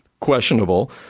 Questionable